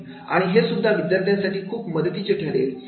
आणि हे सुद्धा विद्यार्थ्यांसाठी खूप मदतीचे ठरेल